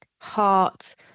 heart